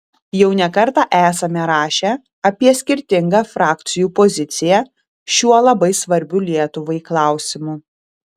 jau ne kartą esame rašę apie skirtingą frakcijų poziciją šiuo labai svarbiu lietuvai klausimu